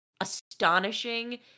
astonishing